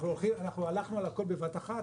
אנחנו הלכנו על הכול בבת-אחת,